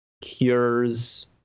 cures